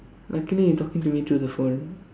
luckily you talking to me through the phone